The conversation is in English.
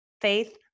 faith